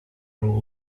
all